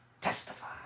Testify